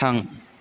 थां